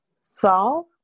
solve